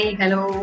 hello